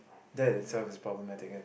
that itself is problematic and